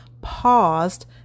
paused